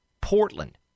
Portland